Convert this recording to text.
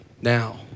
now